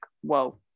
Whoa